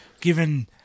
given